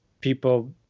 People